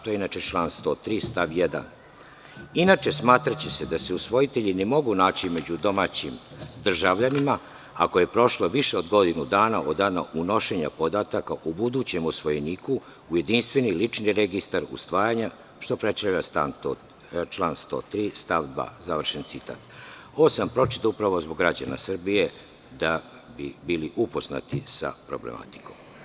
To je inače član 103. stav 1. – „Inače smatraće se da se usvojitelji ne mogu naći među domaćim državljanima ako je prošlo više od godinu dana od dana unošenja podataka o budućem usvojeniku u jedinstveni lični registar usvajanja.“, što predstavlja član 103. stav 2. Ovo sam pročitao upravo zbog građana Srbije, da bi bili upoznati sa problematikom.